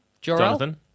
Jonathan